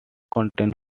contains